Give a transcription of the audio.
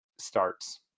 starts